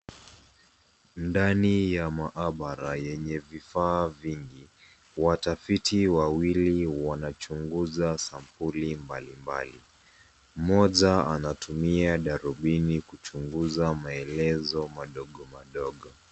Ndani ya maabara yenye vifaa vingi, watafiti wawili wanachunguza sampuli mbalimbali. Mmoja anatumia darubini kuchunguza maelezo madogo madogo.